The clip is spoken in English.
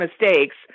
mistakes